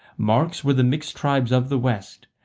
mark's were the mixed tribes of the west,